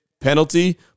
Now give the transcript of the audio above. penalty